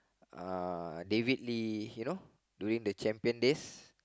uh David-Lee you know during the champion days